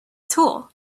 tool